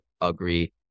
agree